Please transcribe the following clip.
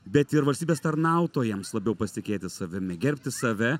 bet ir valstybės tarnautojams labiau pasitikėti savimi gerbti save